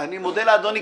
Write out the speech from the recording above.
אני מודה לאדוני.